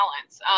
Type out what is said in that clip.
balance